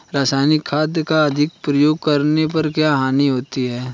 रासायनिक खाद का अधिक प्रयोग करने पर क्या हानि होती है?